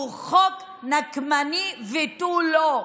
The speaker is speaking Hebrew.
הוא חוק נקמני ותו לא.